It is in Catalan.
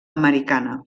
americana